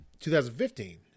2015